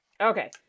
Okay